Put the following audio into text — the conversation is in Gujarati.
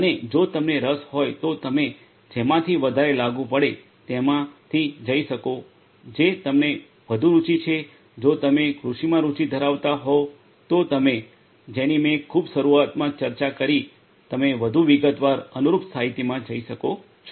અને જો તમને રસ હોય તો તમે જેમાંથી વધારે લાગુ પડે તેમાંથી જઈ શકો જે તમને વધુ રુચિ છે જો તમે કૃષિમાં રુચિ ધરાવતા હોવ તો તમે જેની મેં ખૂબ શરૂઆતમાં ચર્ચા કરી તમે વધુ વિગતવાર અનુરૂપ સાહિત્યમાં જઈ શકો છો